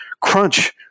crunch